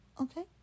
okay